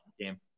Game